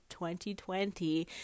2020